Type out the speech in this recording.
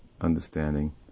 understanding